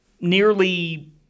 nearly